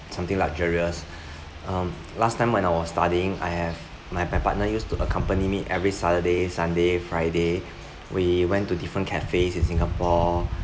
something luxurious um last time when I was studying I have my my partner used to accompany me every saturday sunday friday we went to different cafes in singapore